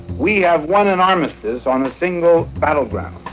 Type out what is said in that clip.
we have won an armistice on a single battleground,